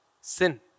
sin